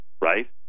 right